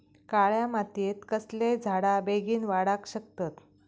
काळ्या मातयेत कसले झाडा बेगीन वाडाक शकतत?